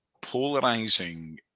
polarizing